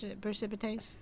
Precipitation